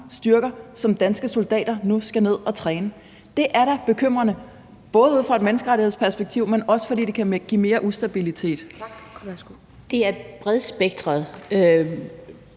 styrker, som danske soldater nu skal ned og træne. Det er da bekymrende, både ud fra et menneskerettighedsperspektiv, men også fordi det kan give mere ustabilitet. Kl. 10:09 Anden